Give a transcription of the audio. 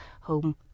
home